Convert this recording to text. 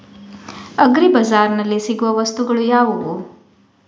Agri ಬಜಾರ್ನಲ್ಲಿ ಸಿಗುವ ವಸ್ತುಗಳು ಯಾವುವು?